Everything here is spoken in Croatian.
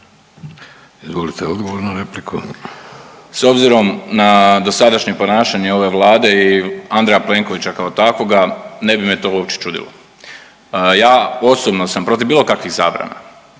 (Hrvatski suverenisti)** S obzirom na dosadašnje ponašanje ove Vlade i Andreja Plenkovića kao takvoga ne bi me to uopće čudilo. Ja osobno sam protiv bilo kakvih zabrana.